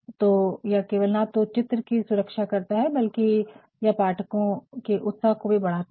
तो यह केवल ना तो चित्र की सुरक्षा करता है बल्कि यह पाठकों की उत्सुकता भी बढ़ाता है